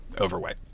overweight